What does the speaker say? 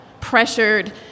pressured